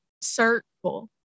circle